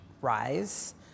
rise